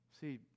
See